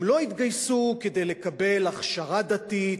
הם לא התגייסו כדי לקבל הכשרה דתית,